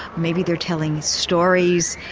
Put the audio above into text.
maybe they are telling stories,